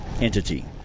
entity